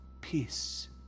peace